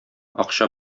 акча